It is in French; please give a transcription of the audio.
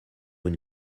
une